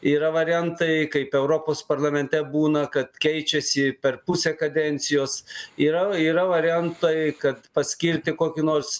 yra variantai kaip europos parlamente būna kad keičiasi per pusę kadencijos yra yra variantai kad paskirti kokį nors